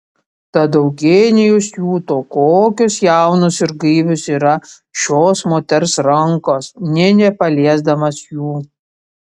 tad eugenijus juto kokios jaunos ir gaivios yra šios moters rankos nė nepaliesdamas jų